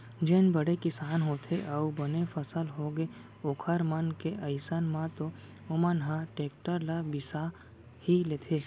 जेन बड़े किसान होथे अउ बने फसल होगे ओखर मन के अइसन म तो ओमन ह टेक्टर ल बिसा ही लेथे